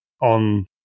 on